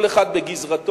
כל אחד בגזרתו,